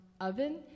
oven